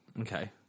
Okay